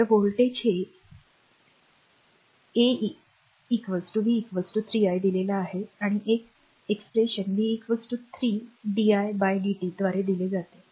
तर व्होल्टेज हे a v 3 i दिलेला आहे आणि एक एक्सप्रेसशन अभिव्यक्ती v 3 di by dt द्वारे दिली जाते